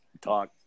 talk